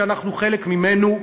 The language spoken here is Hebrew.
שאנחנו חלק ממנו,